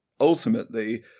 ultimately